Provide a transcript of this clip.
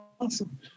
awesome